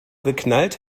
geknallt